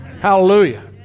Hallelujah